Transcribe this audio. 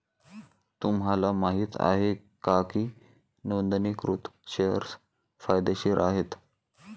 तुम्हाला माहित आहे का की नोंदणीकृत शेअर्स फायदेशीर आहेत?